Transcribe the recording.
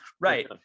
right